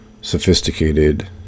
sophisticated